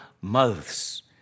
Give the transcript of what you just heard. mouths